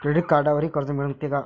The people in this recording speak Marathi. क्रेडिट कार्डवरही कर्ज मिळते का?